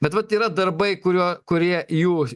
bet vat yra darbai kurio kurie jų